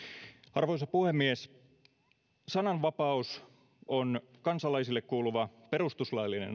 arvoisa puhemies sananvapaus on kansalaisille kuuluva perustuslaillinen